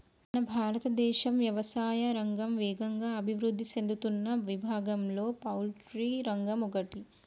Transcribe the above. మన భారతదేశం యవసాయా రంగంలో వేగంగా అభివృద్ధి సేందుతున్న విభాగంలో పౌల్ట్రి రంగం ఒకటి